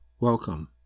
Welcome